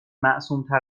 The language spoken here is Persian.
معصومتر